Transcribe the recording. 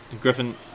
Griffin